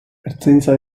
ertzaintza